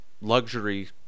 luxury